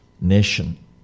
nation